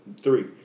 three